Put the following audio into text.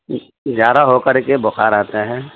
جاڑا ہو کر کے بخار آتا ہے